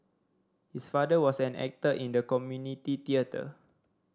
his father was an actor in the community theatre